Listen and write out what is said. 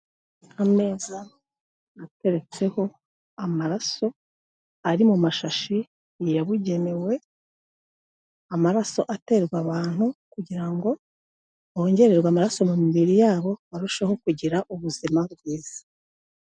Ameza ateretseho amaraso ari mu mashashi yabugenewe, amaraso aterwa abantu kugira ngo bongererwe amaraso mu mibiri yabo barusheho kugira ubuzima bwiza.